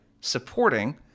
supporting